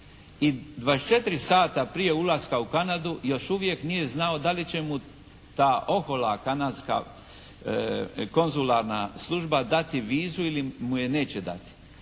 I 24 sata prije ulaska u Kanadu još uvijek nije znao da li će mu ta ohola kanadska konzularna služba dati vizu ili mu je neće dati.